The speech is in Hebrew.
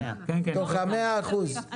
מתוך ה-100%?